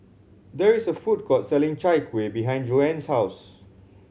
there is a food court selling Chai Kuih behind Joan's house